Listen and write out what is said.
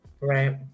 right